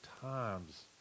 times